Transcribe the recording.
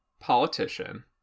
politician